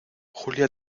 julia